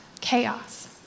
chaos